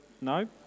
no